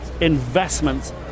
investments